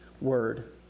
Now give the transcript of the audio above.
Word